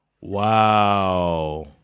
Wow